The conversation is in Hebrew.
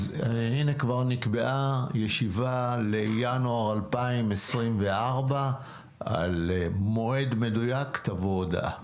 אז הנה נקבעה ישיבה לינואר 2024. על מועד מדויק תבוא הודעה.